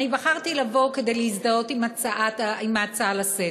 אני בחרתי לבוא כדי להזדהות עם ההצעה לסדר-היום.